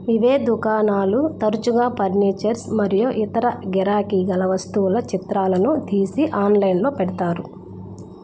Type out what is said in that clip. ఇవే దుకాణాలు తరచుగా పర్నీచర్స్ మరియు ఇతర గిరాకీ గల వస్తువుల చిత్రాలను తీసి ఆన్లైన్లో పెడతారు